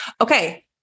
okay